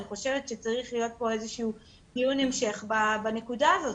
אני חושבת שצריך להיות דיון המשך בנקודה הזאת.